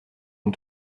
une